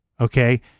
Okay